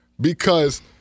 because-